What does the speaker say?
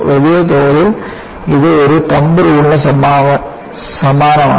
വലിയതോതിൽ ഇത് ഒരു തമ്പ് റൂൾളിന് സമാനമാണ്